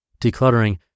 Decluttering